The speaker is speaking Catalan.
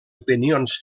opinions